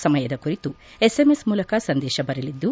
ಸಮಯದ ಕುರಿತು ಎಸ್ಎಂಎಸ್ ಮೂಲಕ ಸಂದೇಶ ಬರಲಿದ್ದು